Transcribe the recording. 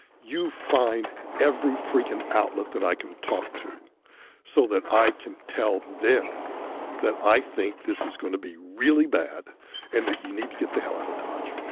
you find every freakin' outlet that i can talk to so that i can tell them that i think this is going to be really bad and that you need to get the hell out of dodge.